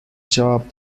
job